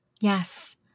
Yes